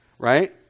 Right